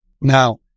Now